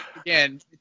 again